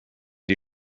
die